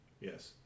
Yes